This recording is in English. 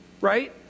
right